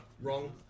Wrong